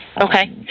Okay